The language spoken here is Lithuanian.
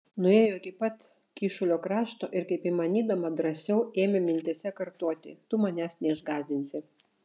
nuėjo iki pat kyšulio krašto ir kaip įmanydama drąsiau ėmė mintyse kartoti tu manęs neišgąsdinsi